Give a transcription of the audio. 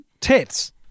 Tits